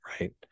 right